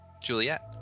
Juliet